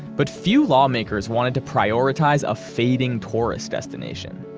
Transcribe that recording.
but few lawmakers wanted to prioritize a fading tourist destination.